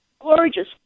gorgeous